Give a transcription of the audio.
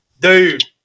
Dude